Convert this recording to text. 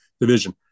division